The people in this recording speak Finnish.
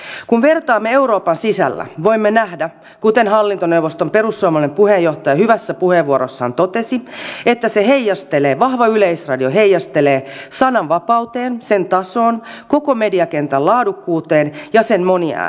kun vertaamme euroopan sisällä voimme nähdä kuten hallintoneuvoston perussuomalainen puheenjohtaja hyvässä puheenvuorossaan totesi että vahva yleisradio heijastelee sananvapauteen sen tasoon koko mediakentän laadukkuuteen ja sen moniäänisyyteen